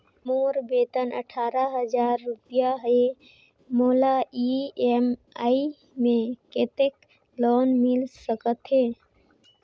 मोर वेतन अट्ठारह हजार रुपिया हे मोला ई.एम.आई मे कतेक लोन मिल सकथे?